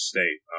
State